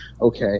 okay